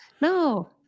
No